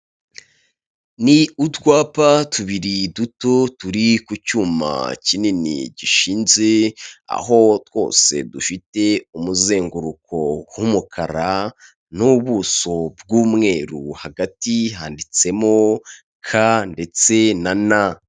Ni utwapa tubiri duto turi ku cyuma kinini gishinze aho twose dufite umuzenguruko w'umukara n'ubuso bw'umweru hagati handitsemo k ndetse na n .